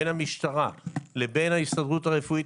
בין המשטרה לבין ההסתדרות הרפואית,